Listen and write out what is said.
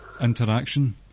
interaction